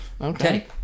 Okay